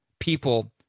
People